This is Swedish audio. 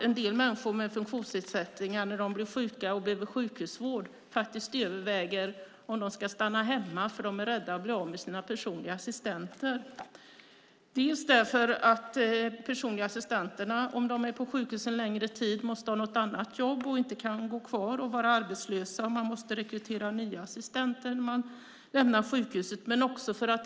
En del människor med funktionsnedsättningar som blir sjuka och behöver sjukhusvård överväger om de ska stanna hemma, för de är rädda att bli av med sina personliga assistenter. Om de är på sjukhus en längre tid måste personliga assistenter ha ett annat jobb. De kan inte gå kvar och vara arbetslösa. Man måste rekrytera nya assistenter när man lämnar sjukhuset.